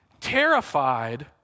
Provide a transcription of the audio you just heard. terrified